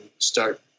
start